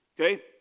okay